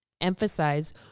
emphasize